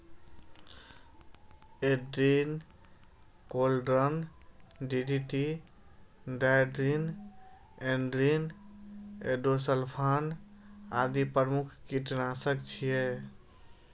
Aldrin, chlordane, DDT, dieldrin, endrin, endosulfan आदि प्रमुख कीटनाशक छियै